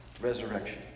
resurrection